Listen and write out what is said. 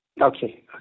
Okay